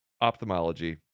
ophthalmology